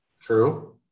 True